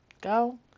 go